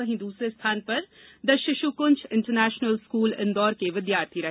वहीं दूसरे स्थान पर the Shishukunj international school Indore के विद्यार्थी रहे